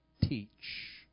teach